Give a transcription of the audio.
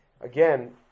Again